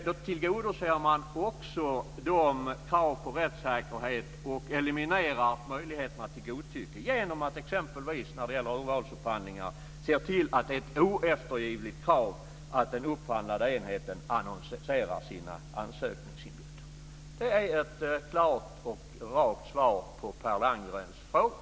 Då tillgodoser man kraven på rättssäkerhet och eliminerar möjligheterna till godtycke genom att exempelvis vid urvalsupphandlingar se till att det är ett oeftergivligt krav att den upphandlande enheten annonserar sin ansökningsinbjudan. Det är ett klart och rakt svar på Per Landgrens fråga.